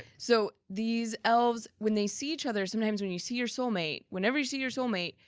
so these elves, when they see each other, sometimes when you see your soul mate, whenever you see your soul mate,